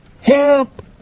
Help